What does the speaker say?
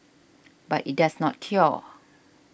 but it does not cure